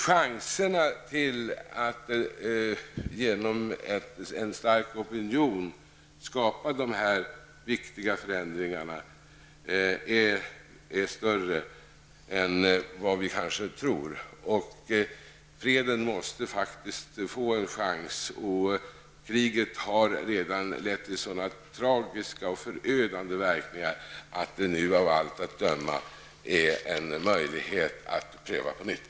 Chansen att genom att skapa en stark opinion åstadkomma de här viktiga förändringarna är större än vi kanske tror. Freden måste faktiskt få en chans. Kriget har ju redan fått så tragiska och förödande verkningar att det nu av allt att döma finns en möjlighet att pröva på nytt.